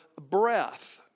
breath